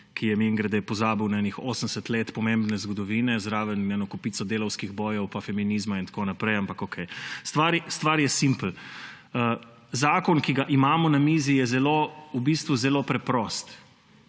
ki je, mimogrede, pozabil na 80 let pomembne zgodovine, zraven eno kopico delavskih bojev in feminizma in tako naprej. Ampak okej. Stvar je simpel. Zakon, ki ga imamo na mizi, je v bistvu zelo preprost;